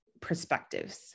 perspectives